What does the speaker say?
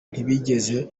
ntibigeze